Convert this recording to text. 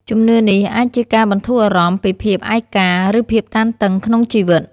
ជំនឿនេះអាចជាការបន្ធូរអារម្មណ៍ពីភាពឯកា ឬភាពតានតឹងក្នុងជីវិត។